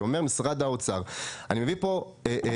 שאומר משרד האוצר: "אני מביא פה מהלך,